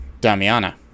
damiana